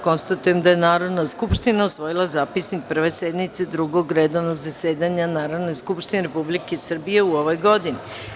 Konstatujem da je Narodna skupština usvojila zapisnik Prve sednice Drugog redovnog zasedanja Narodne skupštine Republike Srbije u ovoj godini.